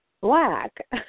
black